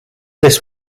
this